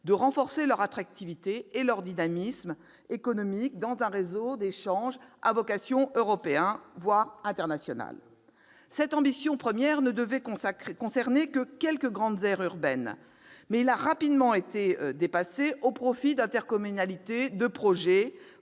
de renforcer leur attractivité et leur dynamisme économique dans un réseau d'échanges à vocation européenne, voire internationale. Cette dimension première ne devait concerner que quelques grandes aires urbaines. Elle a rapidement été dépassée, au bénéfice d'intercommunalités de projet,